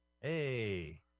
Hey